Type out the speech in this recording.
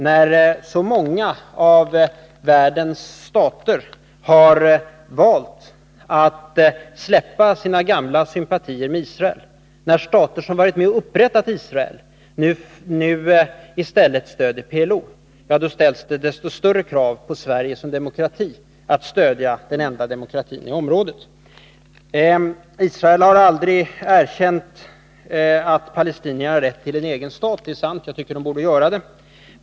När så många av världens stater har valt att släppa sina gamla sympatier för Israel, då stater som varit med och upprättat Israel nu i stället stöder PLO, ställs större krav på Sverige att som demokrati stödja den enda demokratin i området. Israel har aldrig erkänt att palestinierna har rätt till en egen stat, sade utrikesministern. Det är sant, och jag tycker att Israel borde göra det.